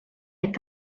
est